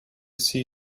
see